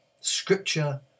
scripture